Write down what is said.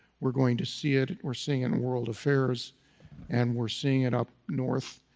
we're going to see it, we're seeing in world affairs and we're seeing it up north